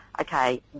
okay